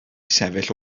sefyll